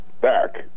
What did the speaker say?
back